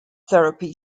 therapy